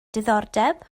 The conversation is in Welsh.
diddordeb